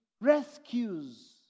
rescues